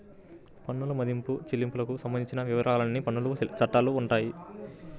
పన్నుల మదింపు, చెల్లింపులకు సంబంధించిన వివరాలన్నీ పన్నుల చట్టాల్లో ఉంటాయి